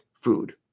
food